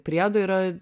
priedo yra